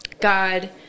God